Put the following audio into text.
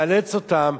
מאלץ אותם,